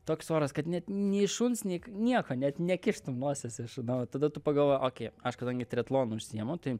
toks oras kad net nei šuns neik nieko net nekištum nosies ir aš na vat tada tu pagalvoji okei aš kadangi triatlonu užsiimu tai